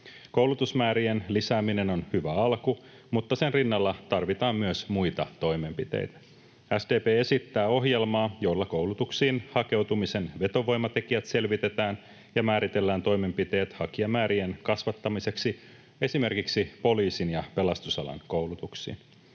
Koulutusmäärien lisääminen on hyvä alku, mutta sen rinnalla tarvitaan myös muita toimenpiteitä. SDP esittää ohjelmaa, jolla koulutuksiin hakeutumisen vetovoimatekijät selvitetään ja määritellään toimenpiteet hakijamäärien kasvattamiseksi esimerkiksi poliisin ja pelastusalan koulutuksiin.